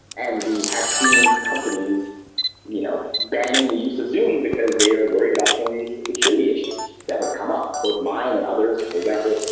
and we have seen companies you know banning the use of zoom, because they are worried about some of these security issues that have come up both mine and others. for example,